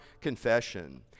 confession